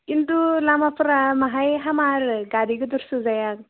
खिन्थु लामाफोरा बाहाय हामा आरो गारि गिदिर सोजाया